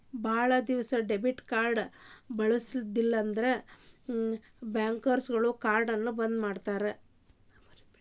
ಭಾಳ್ ದಿವಸ ಡೆಬಿಟ್ ಕಾರ್ಡ್ನ ಉಪಯೋಗಿಸಿಲ್ಲಂದ್ರ ಬ್ಯಾಂಕ್ನೋರು ಕಾರ್ಡ್ನ ಬಂದ್ ಮಾಡ್ತಾರಾ